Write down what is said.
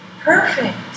perfect